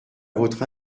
votre